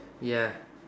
ya